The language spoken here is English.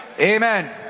Amen